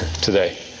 today